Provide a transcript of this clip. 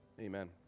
Amen